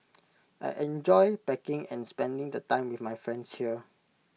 I enjoy packing and spending the time with my friends here